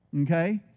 Okay